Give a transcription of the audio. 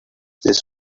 this